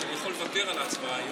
אז אני יכול לוותר על ההצבעה היום,